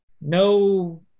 no